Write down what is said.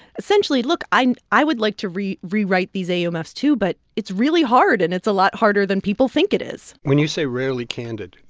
essentially, look i i would like to rewrite rewrite these um aumfs, too, but it's really hard, and it's a lot harder than people think it is when you say rarely candid,